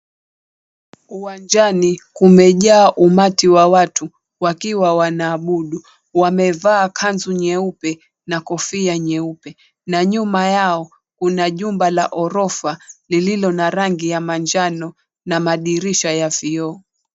Uwanjani kumejaa umati wa watu wakiwa wanaabudu. Wamevaa kanzu nyeupe na kofia nyeupe na nyuma yao kuna jumba la ghorofa lililo na rangi ya manjano na madirisha ya vioo.